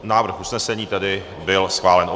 Návrh usnesení tedy byl schválen.